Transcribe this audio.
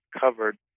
covered